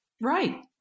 Right